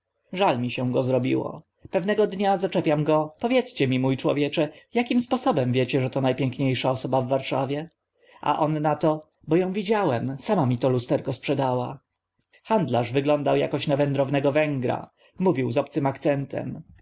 mi go się zrobiło pewnego dnia zaczepiam go powiedzcie mi mó człowiecze akim sposobem wiecie że to na pięknie sza osoba w warszawie a on na to bo ą widziałem sama mi to lusterko sprzedała handlarz wyglądał akoś na wędrownego węgra mówił z obcym akcentem